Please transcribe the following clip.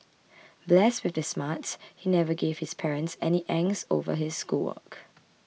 blessed with the smarts he never gave his parents any angst over his schoolwork